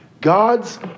God's